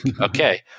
okay